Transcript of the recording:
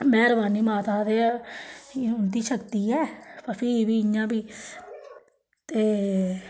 मेह्रबानी माता दी उं'दी शक्ति ऐ पर फ्ही बी इ'यां बी ते